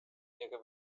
ihre